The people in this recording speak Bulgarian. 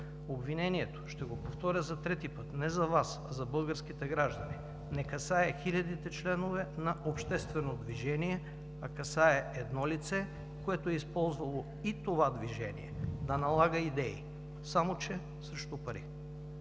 Обвинението, ще го повторя за трети път, не за Вас, а за българските граждани, не касае хилядите членове на Общественото движение, а касае едно лице, което е използвало и Движението да налага идеи, само че срещу пари.